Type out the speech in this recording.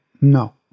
no